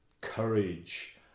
courage